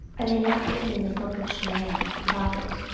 are they not written in the book of shemaiah the prophet,